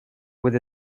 with